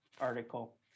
article